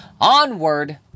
Onward